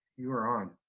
you're on.